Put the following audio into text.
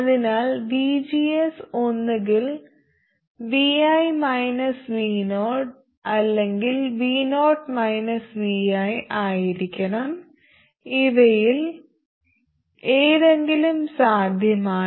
അതിനാൽ vgs ഒന്നുകിൽ vi vo അല്ലെങ്കിൽ vo - vi ആയിരിക്കണം ഇവയിൽ ഏതെങ്കിലും സാധ്യമാണ്